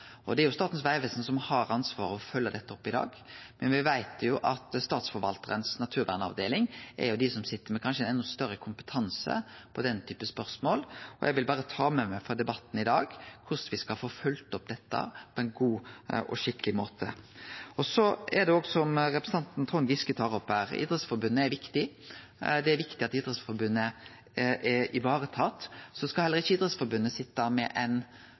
Det er Statens vegvesen som har ansvaret for å følgje dette opp i dag, men me veit at Statsforvaltarens naturvernavdeling er dei som sit med kanskje enda større kompetanse på den typen spørsmål. Eg vil ta med meg frå debatten i dag korleis me skal få følgt opp dette på ein god og skikkeleg måte. Det er òg sånn som representanten Trond Giske tar opp her: Idrettsforbundet er viktig. Det er viktig at Idrettsforbundet er varetatt. Så skal heller ikkje Idrettsforbundet sitje med